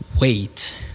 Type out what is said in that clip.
Wait